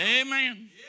Amen